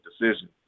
decision